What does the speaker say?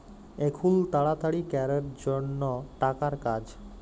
এখুল তাড়াতাড়ি ক্যরের জনহ টাকার কাজ